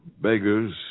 Beggars